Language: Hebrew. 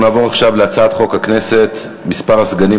אנחנו נעבור עכשיו להצעת חוק הכנסת (מספר הסגנים